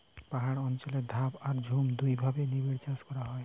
পাহাড় অঞ্চলে ধাপ আর ঝুম ঔ দুইভাবে নিবিড়চাষ করা হয়